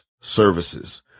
services